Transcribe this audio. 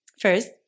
First